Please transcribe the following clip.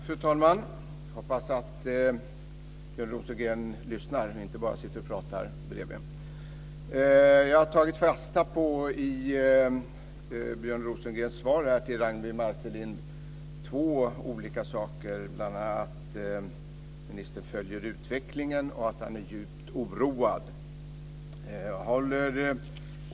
Fru talman! Jag har tagit fasta på två olika saker i Björn Rosengrens svar till Ragnwi Marcelind, och det är att näringsministern följer utvecklingen och att han är djupt oroad.